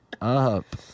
up